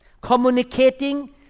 communicating